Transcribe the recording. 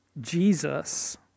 Jesus